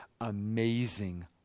amazing